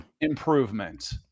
improvement